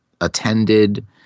attended